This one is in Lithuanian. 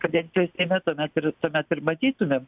kadencijos seime tuomet ir tuomet ir matytumėm